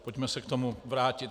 Pojďme se k tomu vrátit.